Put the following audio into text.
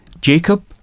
Jacob